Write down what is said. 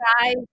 guys